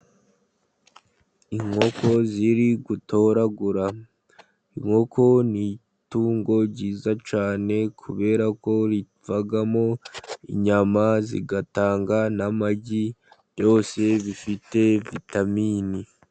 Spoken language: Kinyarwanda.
Inkoko ziri gutoragura, inkoko ni itungo ryiza cyane, kubera ko rivamo inyama zigatanga n'amagi, byose bifite vitaminini.